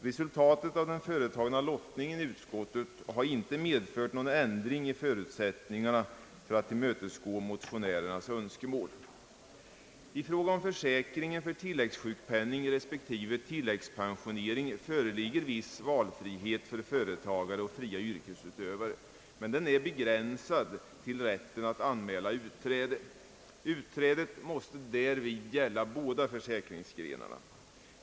Resultatet av den företagna lottningen i utskottet har inte medfört någon ändring i förutsättningarna för att tillmötesgå motionärernas önskemål. I fråga om försäkringen för tilläggssjukpenning respektive tilläggspensionering föreligger viss valfrihet för företagare och fria yrkesutövare, men den är begränsad till rätten att anmäla utträde. Utträdet måste därvid gälla båda försäkringsgrenarna.